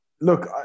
Look